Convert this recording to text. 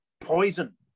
poison